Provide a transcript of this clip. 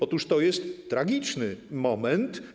Otóż to jest tragiczny moment.